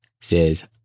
says